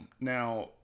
Now